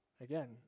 again